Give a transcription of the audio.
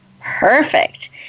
Perfect